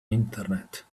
internet